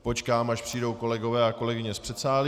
Počkám, až přijdou kolegyně a kolegové z předsálí.